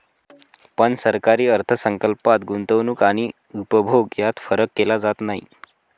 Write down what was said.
पण सरकारी अर्थ संकल्पात गुंतवणूक आणि उपभोग यात फरक केला जात नाही